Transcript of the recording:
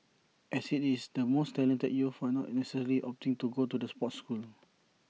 as IT is the most talented youth are not necessarily opting to go to the sports school